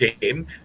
game